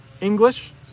English